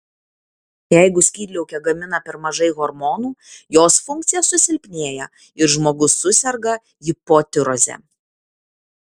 jeigu skydliaukė gamina per mažai hormonų jos funkcija susilpnėja ir žmogus suserga hipotiroze